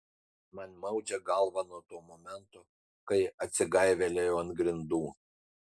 man maudžia galvą nuo to momento kai atsigaivelėjau ant grindų